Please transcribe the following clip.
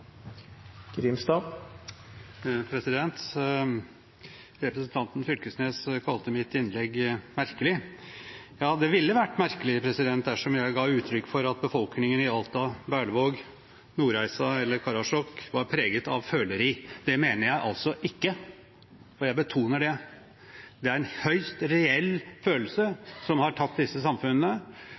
Representanten Knag Fylkesnes kalte mitt innlegg merkelig. Det ville vært merkelig dersom jeg ga uttrykk for at befolkningen i Alta, Berlevåg, Nordreisa eller Karasjok var preget av føleri. Det mener jeg altså ikke, og jeg betoner det: Det er en høyst reell følelse som har tatt disse samfunnene.